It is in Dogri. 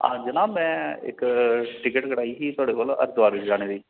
हां जनाब में इक टिकट कटाई ही थुआड़े कोला हरिद्वार जाने दी